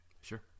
sure